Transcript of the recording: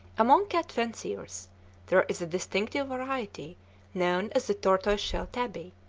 among cat fanciers there is a distinctive variety known as the tortoise-shell tabby.